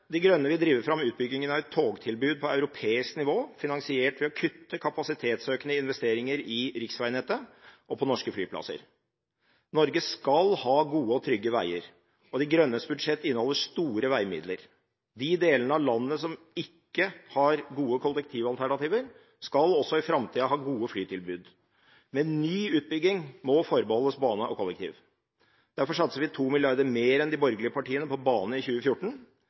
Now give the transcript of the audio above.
De Grønne vil drive fram utbyggingen av et togtilbud på europeisk nivå, finansiert ved å kutte kapasitetsøkende investeringer i riksveinettet og på norske flyplasser. Norge skal ha gode og trygge veier, og Miljøpartiet De Grønnes budsjett inneholder store veimidler. De delene av landet som ikke har gode kollektivalternativer, skal også i framtida ha gode flytilbud. Men ny utbygging må forbeholdes bane og kollektivtrafikk. Derfor satser vi 2 mrd. kr mer enn de borgerlige partiene på bane i 2014,